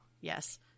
Yes